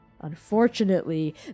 Unfortunately